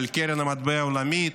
של קרן המטבע העולמית,